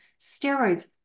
steroids